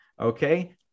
Okay